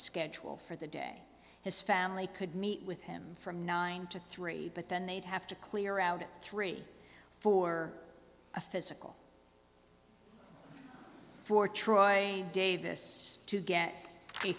schedule for the day his family could meet with him from nine to three but then they'd have to clear out three for a physical for troy davis to get a